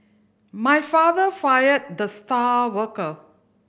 my father fired the star worker